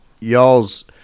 y'all's